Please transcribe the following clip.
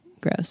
Gross